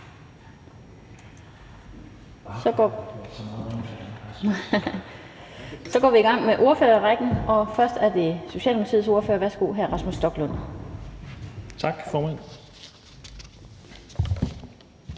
Så går vi i gang med ordførerrækken, og først er det Socialdemokratiets ordfører. Værsgo, hr. Rasmus Stoklund. Kl.